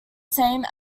same